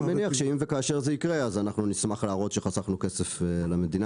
אני מניח שאם וכאשר זה יקרה אז אנחנו נשמח להראות שחסכנו כסף למדינה,